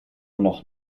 noch